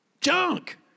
junk